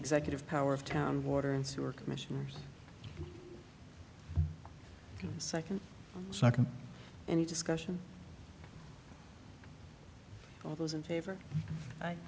executive power of town water and sewer commissioners second second any discussion all those in favor i